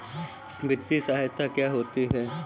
वित्तीय सहायता क्या होती है?